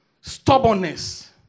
stubbornness